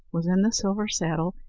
was in the silver saddle,